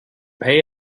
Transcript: pay